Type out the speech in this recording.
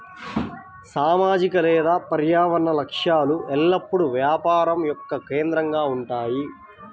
సామాజిక లేదా పర్యావరణ లక్ష్యాలు ఎల్లప్పుడూ వ్యాపారం యొక్క కేంద్రంగా ఉంటాయి